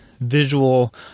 visual